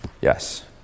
Yes